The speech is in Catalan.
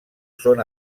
són